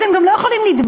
אז הם גם לא יכולים לטבוע,